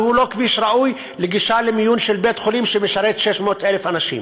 והוא לא כביש ראוי לגישה למיון של בית-חולים שמשרת 600,000 אנשים.